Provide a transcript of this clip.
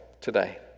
today